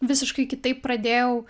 visiškai kitaip pradėjau